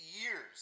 years